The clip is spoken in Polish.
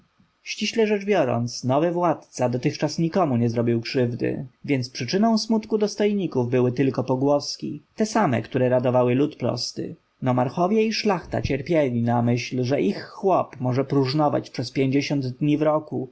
ściśle rzeczy biorąc nowy władca dotychczas nikomu nie zrobił krzywdy więc przyczyną smutku dostojników były tylko pogłoski te same które radowały lud prosty nomarchowie i szlachta cierpli na myśl że ich chłop może próżnować przez pięćdziesiąt dni w roku